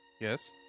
Yes